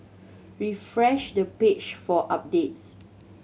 refresh the page for updates